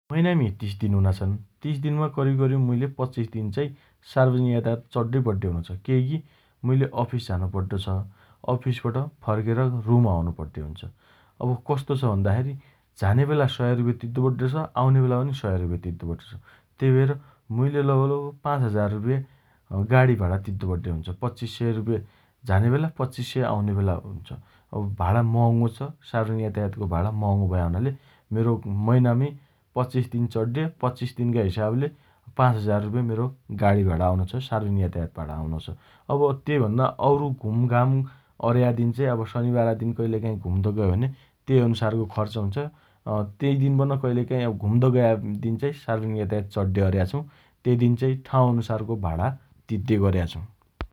मैनामी तीस दिन हुना छन् । तीस दिनमा करिब करिब मुइले पच्चिस दिन चाइ सार्वजनिक यातायात चड्डोइ पड्डे हुनोछ । केइ की मुइले अफिस झानो पड्डो छ । अफिसबट फर्केर रुम आउने पड्डे हुनोछ । अब कस्तो छ भन्दाखेरी झाने बेला सय रुपैयाँ तिद्दो पड्डो छ । आउने बेला पनि सय रुपैयाँ तिद्दो पड्डो छ । तेइभएर मइले लगभग लगभग पाँच हजार रुपैयाँ अँ गाडी भाडा तिद्दो पड्डे हुन्छ । पच्चिस सय रुप्पे झाने बेला पच्चिस सय आउने बेला हुन्छ । अब भाडा महँगो छ । सार्वजनिक यातायातको भाडा महँगो भया हुनाले मेरो मैनामी पच्चिस दिन चड्डे पच्चिस दिनका हिसाबले पाँच हजार रुप्पे मेरो गाडी भाडा आउनो छ । सार्वजनिक यातायात भाडा आउनोछ । अब तेइ भन्दा औरु घुमघाम अर्या दिन चाइ शनिबारका दिन कइलेकाई घुम्द गयो भने तेइ अनुसारको खर्च हुन्छ । अँ तेइ दिन पन कइलेकाइ घुम्द गया दिन सार्वजनिक यातायात चड्डे अर्या छु । तेइ दिन चाइ ठाउँ अनुसारको भाडा तिद्दे गर्या छु ।